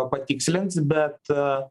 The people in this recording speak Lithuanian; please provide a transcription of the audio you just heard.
patikslins bet